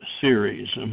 series